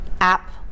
app